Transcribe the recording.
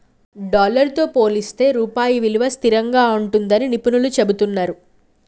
dollar తో పోలిస్తే రూపాయి విలువ స్థిరంగా ఉంటుందని నిపుణులు చెబుతున్నరు